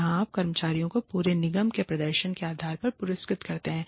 जहाँ आप कर्मचारियों को पूरे निगम के प्रदर्शन के आधार पर पुरस्कृत करते हैं